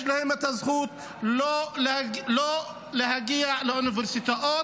יש להם את הזכות שלא להגיע לאוניברסיטאות,